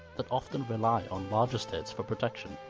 that often rely on larger states for protection.